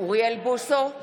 אוריאל בוסו,